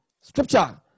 Scripture